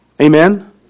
Amen